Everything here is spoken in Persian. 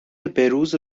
بهروز